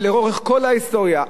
ולאורך כל ההיסטוריה,